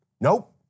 Nope